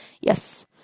Yes